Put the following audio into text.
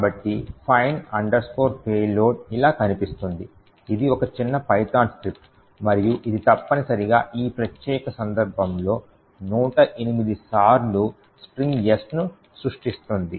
కాబట్టి find payload ఇలా కనిపిస్తుంది ఇది ఒక చిన్న python స్క్రిప్ట్ మరియు ఇది తప్పనిసరిగా ఈ ప్రత్యేక సందర్భంలో 108 సార్లు స్ట్రింగ్ S ను సృష్టిస్తుంది